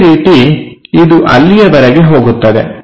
ಅದೇ ರೀತಿ ಇದು ಅಲ್ಲಿಯವರೆಗೆ ಹೋಗುತ್ತದೆ